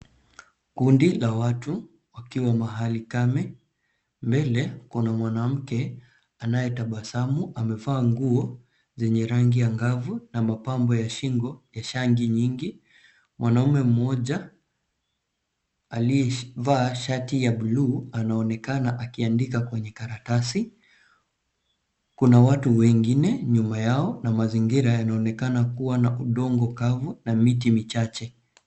Kundi la watu wakiwa mahali kame. Mbele kuna mwanamke anayetabasamu amevaa nguo zenye rangi angavu na mapambo ya shingo ya shanga nyingi. Mwanaume mmoja aliyevaa shati ya bluu anaonekana akiandika kwenye karatasi. Kuna watu wengine nyuma yao na mazingira yanaonekana kuwa na udongo kavu na miti michache.